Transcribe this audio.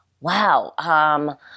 Wow